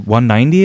190